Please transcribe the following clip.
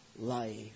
life